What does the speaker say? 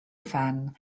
phen